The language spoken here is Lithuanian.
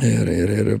ir ir ir